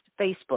Facebook